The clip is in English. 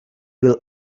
will